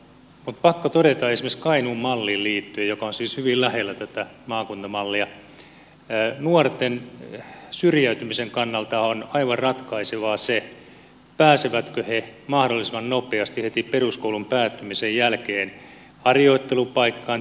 on pakko todeta esimerkiksi kainuun malliin liittyen joka on siis hyvin lähellä tätä maakuntamallia että nuorten syrjäytymisen kannalta on aivan ratkaisevaa se pääsevätkö he mahdollisimman nopeasti heti peruskoulun päättymisen jälkeen harjoittelupaikkaan työpaikkaan tai koulutukseen